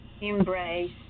embrace